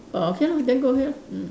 orh okay lor then go ahead lah mm